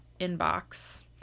inbox